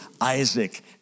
Isaac